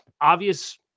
Obvious